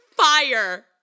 fire